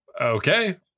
Okay